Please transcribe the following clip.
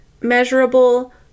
measurable